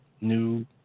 new